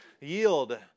Yield